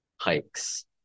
hikes